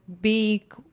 big